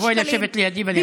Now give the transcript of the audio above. תבואי לשבת לידי ואני אסביר לך.